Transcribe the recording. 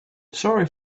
sorry